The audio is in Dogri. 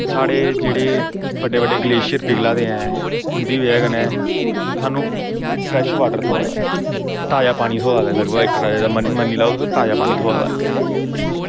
साढ़े जेह्ड़े बड्डे बड्डे ग्लेशियर पिघला दे आं उंदी बजह कन्नै सानूं फ्रैश वॉटर थ्होआ दा ऐ ताज़ा पानी थ्होआ दा लग्भग तुस मन्नी लैओ इक्क तरह दा ताज़ा पानी थ्होई जंदा